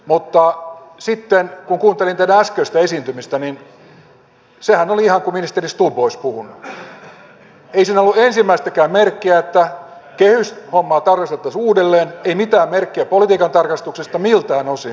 mutta sitten kun kuuntelin teidän äskeistä esiintymistänne niin sehän oli ihan kuin ministeri stubb olisi puhunut ei siinä ollut ensimmäistäkään merkkiä että kehyshommaa tarkasteltaisiin uudelleen ei mitään merkkiä politiikan tarkastelusta miltään osin